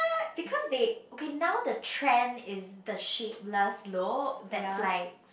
because they okay now the trend is the shapeless look that's like